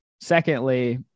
secondly